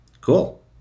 cool